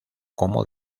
como